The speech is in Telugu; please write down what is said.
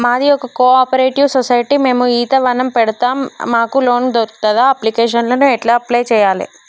మాది ఒక కోఆపరేటివ్ సొసైటీ మేము ఈత వనం పెడతం మాకు లోన్ దొర్కుతదా? అప్లికేషన్లను ఎట్ల అప్లయ్ చేయాలే?